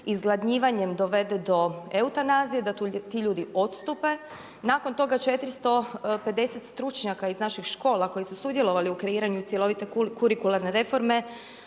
izgladnjivanjem dovede do eutanazije, da ti ljudi odstupe. Nakon toga 450 stručnjaka iz naših škola koji su sudjelovali u kreiranju cjelovite kurikularne reforme